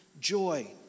joy